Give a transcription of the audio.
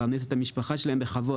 לפרנס את המשפחה שלהם בכבוד.